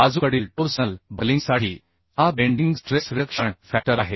बाजूकडील टोर्सनल बकलिंगसाठी हा बेंडिंग स्ट्रेस रिडक्षण फॅक्टर आहे